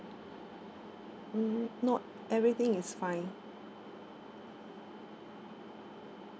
mm no everything is fine